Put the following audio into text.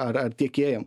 ar ar tiekėjam